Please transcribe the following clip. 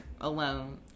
alone